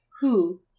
who